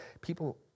people